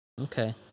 Okay